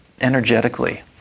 energetically